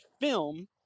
film